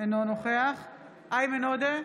אינו נוכח איימן עודה,